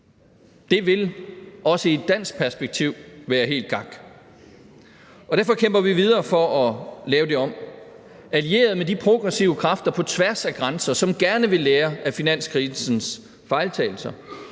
Det vil også i et dansk perspektiv være helt gak. Derfor kæmper vi videre for at lave det om – allieret med de progressive kræfter på tværs af grænser, som gerne vil lære af finanskrisens fejltagelser